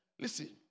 Listen